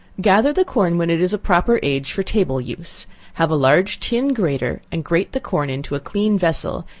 gather the corn when it is a proper age for table use have a large tin grater, and grate the corn into a clean vessel,